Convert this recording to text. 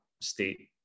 state